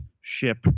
ship